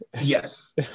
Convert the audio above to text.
Yes